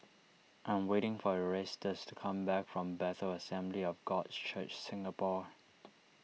I am waiting for Erastus to come back from Bethel Assembly of God Church Singapore